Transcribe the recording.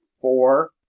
four